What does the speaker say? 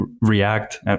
React